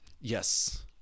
yes